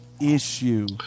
issue